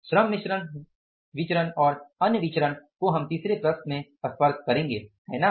और श्रम मिश्रण और अन्य विचरण को हम तीसरे प्रश्न में स्पर्श करेंगे है ना